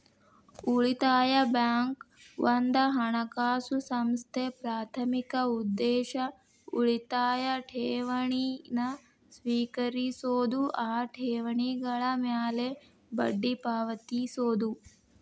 ಉಳಿತಾಯ ಬ್ಯಾಂಕ್ ಒಂದ ಹಣಕಾಸು ಸಂಸ್ಥೆ ಪ್ರಾಥಮಿಕ ಉದ್ದೇಶ ಉಳಿತಾಯ ಠೇವಣಿನ ಸ್ವೇಕರಿಸೋದು ಆ ಠೇವಣಿಗಳ ಮ್ಯಾಲೆ ಬಡ್ಡಿ ಪಾವತಿಸೋದು